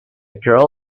girl